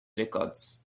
records